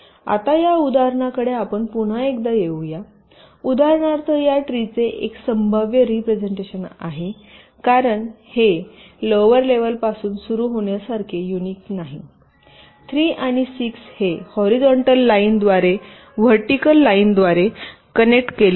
तर आता या उदाहरणाकडे आपण पुन्हा एकदा येऊ या उदाहरणार्थ या ट्रीचे एक संभाव्य रिप्रेझेन्टेशन आहे कारण हे लोवरलेवल पासून सुरू होण्यासारखे युनिक नाही 3 आणि 6 हे हॉरीझॉन्टल लाईनद्वारे व्हर्टिकल लाईनद्वारे कनेक्ट केले आहेत